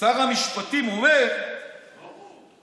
שר המשפטים אומר שבעצם